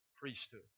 priesthood